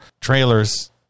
trailers